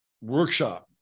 workshop